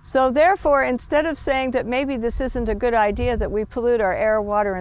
so therefore instead of saying that maybe this isn't a good idea that we pollute our air water